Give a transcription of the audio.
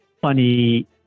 funny